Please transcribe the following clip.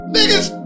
Niggas